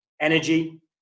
energy